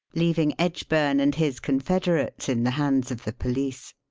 leaving edgburn and his confederates in the hands of the police.